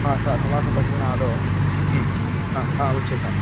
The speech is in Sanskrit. हा स समासप्रकरणे आदौ हा हा उच्यताम्